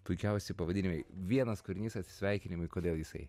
puikiausi pavadinimai vienas kūrinys atsisveikinimui kodėl jisai